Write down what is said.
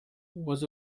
was